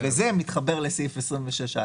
שזה מתחבר לסעיף 26(א).